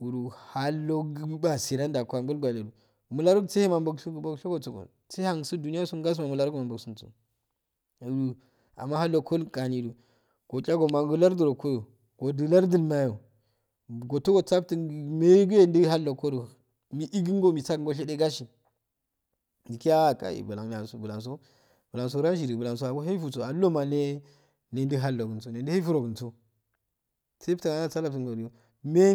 Wuru haldogi ilpase ndangolgwanedo mula do sikema bowshing bowshingosodo duniyyanso juniyyansso mulado bawul suuso amma hallongo gani go chalago gomnagu lardu ongoyo godu lardu mayo gotehe gosa fttunn gi mehey gu endu hallongodo mi ikunngol shade gasi mikiki ah kayi bullan yanso buloso rashodu bullongo abo efuso allu nirmal ye nudu halloguso nendu alfurogo unsso safttu wadiyoyel neh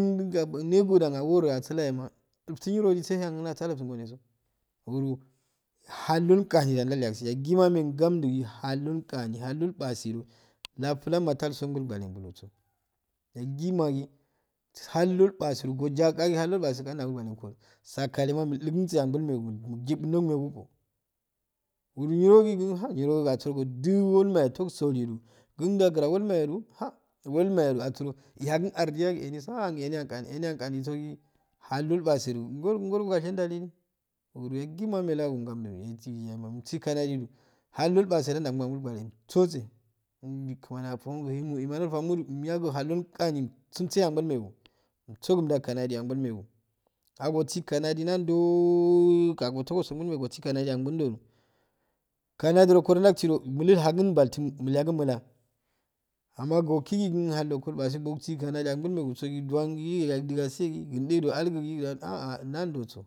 nebodaga woro asuyoyema illsum nyo wwro halldo gahi da ndalyagu si yagima amehe ngamddu gi haiddo gani halddo ilpase do laftu palma talsokun gwengoso yaguma gi hallddo ilpase to si ja a haiddo sakalleka mulkukuntse angol megu uju burmo megu koh whe nore niro asurogo woll mayo tawsoludu kun ndawgurango holmaya jo ah holmayo asuro inakun adiya su eniso hha eni ahun gano chi ahun gan go gi hallddi ilpan edo ngo goro gade ndadulu wun yasina ahhelanga ngwhiddu umsso kan ndo ko halddo ilpase jo ndagumo angol gwanedo umtsosey umgo kmani afomo ikana gi faguma umyagul hallo gani umssumbi angol megu ah osi kahdo nandoom osongol megu osi kana di anguldodo kanadi jo ndawsi do do milukakuh baltu milyakun mula amma kokigi halongo ipase bowsi kanadi angol ngu gu so duban gi yalujuga siyogi ndule do alguji hah nanjow so.